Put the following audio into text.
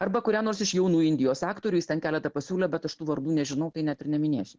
arba kurią nors iš jaunų indijos aktorių jis ten keletą pasiūlė bet aš tų vardų nežinau tai net ir neminėsiu